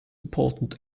important